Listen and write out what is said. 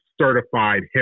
certified